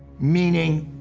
meaning,